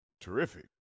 terrific